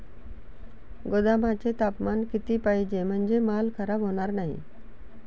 गोदामाचे तापमान किती पाहिजे? म्हणजे माल खराब होणार नाही?